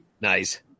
nice